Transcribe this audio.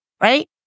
Right